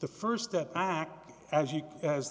the st step back as you as the